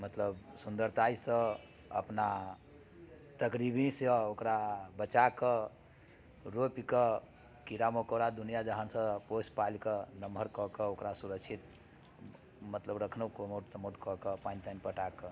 मतलब सुंदरताइसँ अपना तकरीबी से ओकरा बचा कऽ रोपिके कीड़ा मकोड़ा दुनिया जहान से पोसि पालि के नमहर कऽ के ओकरा सुरक्षित मतलब रखलहुँ कमौट तमौट कऽ के पानि तानि पटा कऽ